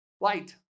light